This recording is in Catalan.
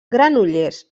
granollers